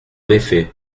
effet